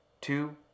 two